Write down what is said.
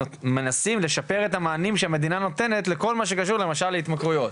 מנסים לשפר את המענים שהמדינה נותנת לכל מה שקשור למשל להתמכרויות,